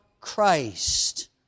Christ